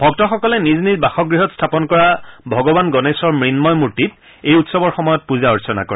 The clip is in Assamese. ভক্তসকলে নিজ নিজ বাসগৃহত স্থাপন কৰা ভগৱান গণেশৰ মন্ময় মূৰ্তিত এই উৎসৱৰ সময়ত পূজা অৰ্চনা কৰে